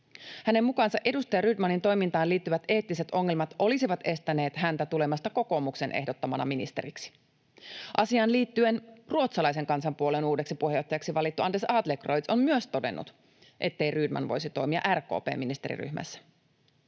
Hänen mukaansa edustaja Rydmanin toimintaan liittyvät eettiset ongelmat olisivat estäneet häntä tulemasta kokoomuksen ehdottamana ministeriksi. Asiaan liittyen Ruotsalaisen kansanpuolueen uudeksi puheenjohtajaksi valittu Anders Adlercreutz on myös todennut, ettei Rydman voisi toimia RKP:n ministeriryhmässä.